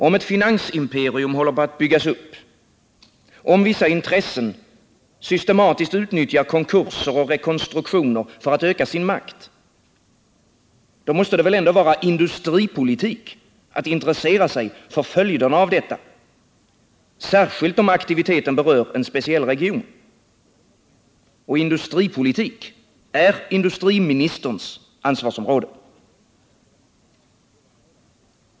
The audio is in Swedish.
Om ett finansimperium håller på att byggas upp, om vissa intressen systematiskt utnyttjar konkurser och rekonstruktioner för att öka sin makt — då måste det väl ändå vara industripolitik att intressera sig för följderna av detta, särskilt om aktiviteten berör en speciell region. Och industripolitik är industriministerns ansvarsområde.